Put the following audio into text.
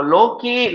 Loki